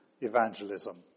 evangelism